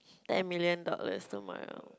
ten million dollars tomorrow